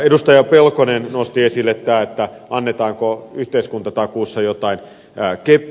edustaja pelkonen nosti esille annetaanko yhteiskuntatakuussa jotain keppiä